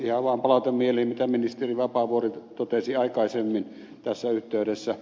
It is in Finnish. ihan vaan palautan mieliin mitä ministeri vapaavuori totesi aikaisemmin tässä yhteydessä